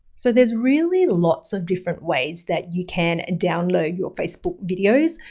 so there's really lots of different ways that you can download your facebook videos,